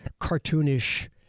cartoonish